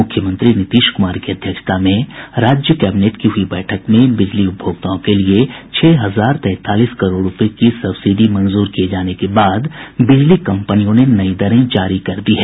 मुख्यमंत्री नीतीश कुमार की अध्यक्षता में राज्य कैबिनेट की हुई बैठक में बिजली उपभोक्ताओं के लिए छह हजार तैंतालीस करोड़ रूपये की सब्सिडी मंजूर किये जाने के बाद बिजली कम्पनियों ने नई दरें जारी कर दी हैं